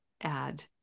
add